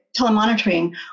telemonitoring